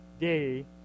day